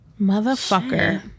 motherfucker